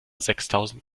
sechstausend